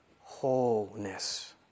wholeness